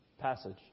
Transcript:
passage